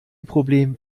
problem